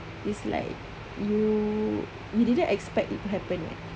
it's like you didn't expect it to happen [what]